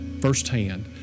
firsthand